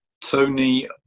Tony